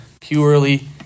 purely